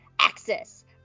Axis